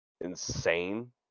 insane